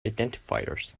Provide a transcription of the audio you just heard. identifiers